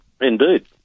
Indeed